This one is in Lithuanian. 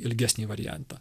ilgesnį variantą